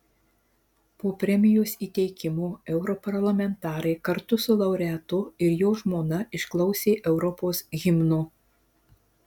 po premijos įteikimo europarlamentarai kartu su laureatu ir jo žmona išklausė europos himno